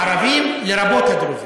הערבים, לרבות הדרוזים,